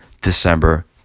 December